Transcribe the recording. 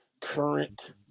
current